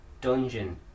dungeon